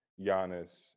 Giannis